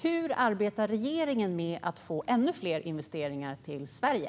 Hur arbetar regeringen med att få ännu fler investeringar till Sverige?